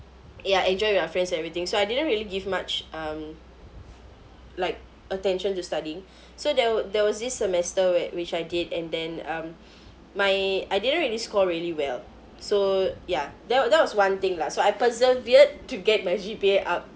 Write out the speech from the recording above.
ya enjoy your friends everything so I didn't really give much um like attention to studying so there wa~ there was this semester where which I did and then um my I didn't really score really well so ya that wa~ that was one thing lah so I persevered to get my G_P_A up